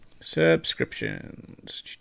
Subscriptions